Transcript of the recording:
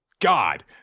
God